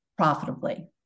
profitably